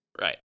Right